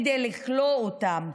כדי לכלוא אותם,